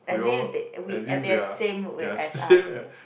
as if they we they are same as us